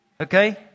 Okay